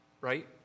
right